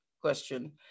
question